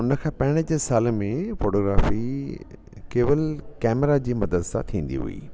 उन खां पहिरें जे साल में फ़ोटोग्राफ़ी केवल कैमरा जी मदद सां थींदी हुई